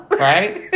Right